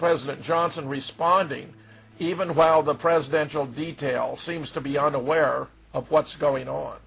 president johnson responding even while the presidential detail seems to be unaware of what's going on